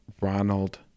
Ronald